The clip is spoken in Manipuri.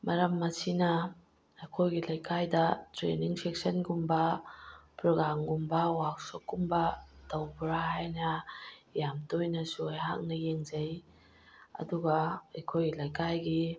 ꯃꯔꯝ ꯑꯁꯤꯅ ꯑꯩꯈꯣꯏꯒꯤ ꯂꯩꯀꯥꯏꯗ ꯇ꯭ꯔꯦꯅꯤꯡ ꯁꯦꯛꯁꯟꯒꯨꯝꯕ ꯄ꯭ꯔꯣꯒ꯭ꯔꯥꯝꯒꯨꯝꯕ ꯋꯥꯛꯁꯣꯞꯀꯨꯝꯕ ꯇꯧꯕ꯭ꯔꯥ ꯍꯥꯏꯅ ꯌꯥꯝ ꯇꯣꯏꯅꯁꯨ ꯑꯩꯍꯥꯛꯅ ꯌꯦꯡꯖꯩ ꯑꯗꯨꯒ ꯑꯩꯈꯣꯏ ꯂꯩꯀꯥꯏꯒꯤ